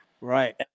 Right